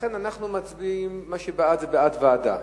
לכן אנחנו מצביעים ומי שבעד, זה בעד ועדה,